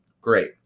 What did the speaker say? Great